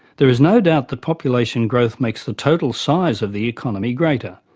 there is no doubt that population growth makes the total size of the economy greater.